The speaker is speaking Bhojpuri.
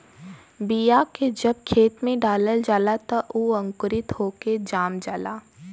बीया के जब खेत में डालल जाला त उ अंकुरित होके जाम जाला